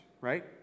right